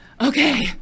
Okay